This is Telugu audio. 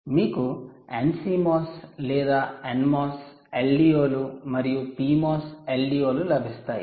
మీకు NCMOS లేదా NMOS LDO లు మరియు PMOS LDO లు లభిస్తాయి